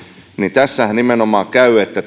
tässähän nimenomaan käy niin että